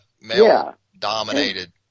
male-dominated